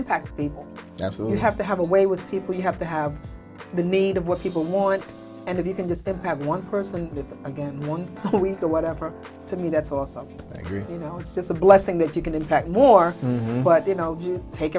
fact that's what you have to have a way with people you have to have the need of what people want and if you can just have one person again one week or whatever to me that's awesome you know it's just a blessing that you can impact more but you know you take